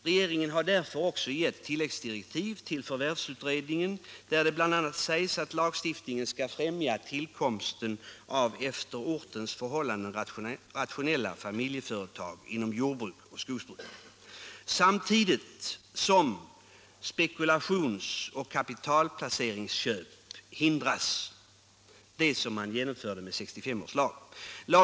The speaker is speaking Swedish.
Regeringen har därför också givit tilläggsdirektiv till förvärvsutredningen, där det bl.a. sägs att lagstiftningen skall främja tillkomsten av efter ortens förhållanden rationella familjeföretag inom jordbruk och skogsbruk samtidigt som spekulations och kapitalplaceringsköp hindras — dvs. det som man genomförde i och med 1965 års lag.